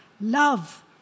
Love